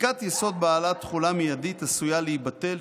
חקיקת-יסוד בעלת תחולה מיידית עשויה להיבטל,